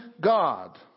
God